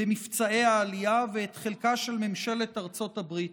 במבצעי העלייה, ואת חלקה של ממשלת ארצות הברית.